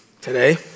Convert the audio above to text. today